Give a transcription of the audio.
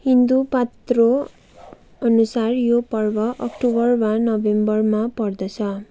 हिन्दू पात्रोअनुसार यो पर्व अक्टोबर वा नभेम्बरमा पर्दछ